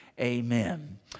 Amen